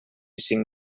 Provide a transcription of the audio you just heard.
cinc